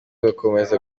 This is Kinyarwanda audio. ugakomeza